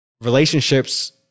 relationships